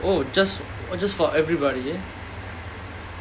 oh just just for everybody